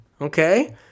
Okay